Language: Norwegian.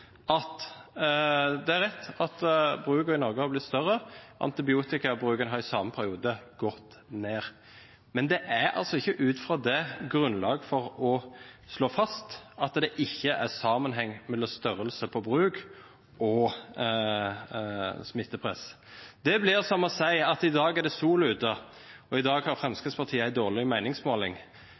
rett at brukene i Norge har blitt større. Antibiotikabruken har i den samme perioden gått ned. Men det er ut ifra det likevel ikke grunnlag for å slå fast at det ikke er en sammenheng mellom størrelse på bruk og smittepress. Det blir som å si: I dag er det sol ute, og i dag har Fremskrittspartiet en dårlig